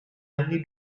anni